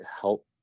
help